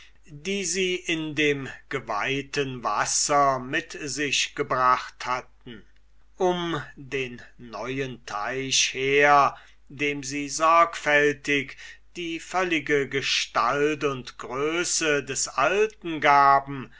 die sie in dem geweihten wasser mit sich gebracht um den neuen teich her dem sie sorgfältig die völlige gestalt und größe des alten gaben